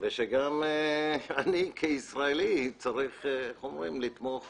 וגם אני כישראלי צריך לתמוך